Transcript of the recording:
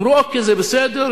אמרו: אוקיי, זה בסדר,